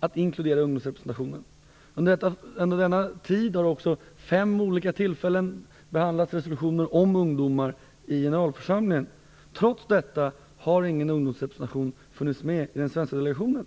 att inkludera ungdomsrepresentation. Under denna tid har också vid fem olika tillfällen behandlats resolutioner om ungdomar i generalförsamlingen. Trots detta har ingen ungdomsrepresentation funnits med i den svenska delegationen.